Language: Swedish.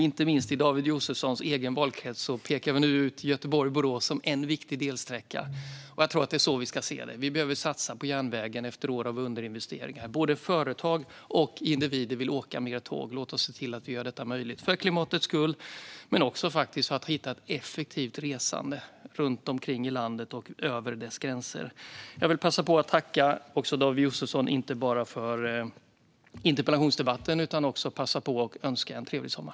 Inte minst i David Josefssons egen valkrets pekas nu Göteborg-Borås ut som en viktig delsträcka. Det är så vi ska se det. Vi behöver satsa på järnvägen efter år av underinvesteringar. Både företag och individer vill åka mer tåg. Låt oss se till att vi gör detta möjligt, för klimatets skull och för att få fram ett effektivt resande runt omkring i landet och över gränserna. Jag vill passa på att tacka David Josefsson för interpellationsdebatten och önska en trevlig sommar.